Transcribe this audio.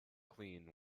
clean